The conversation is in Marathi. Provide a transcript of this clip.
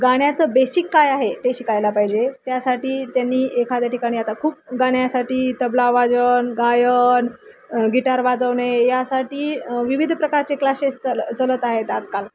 गाण्याचं बेशिक काय आहे ते शिकायला पाहिजे त्यासाठी त्यांनी एखाद्या ठिकाणी आता खूप गाण्यासाठी तबला वादन गायन गिटार वाजवणे यासाठी विविध प्रकारचे क्लासेस चल चालत आहेत आजकाल